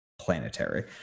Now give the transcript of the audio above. planetary